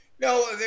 No